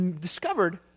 discovered